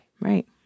Right